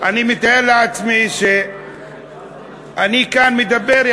אני מתאר לעצמי שאני כאן מדבר,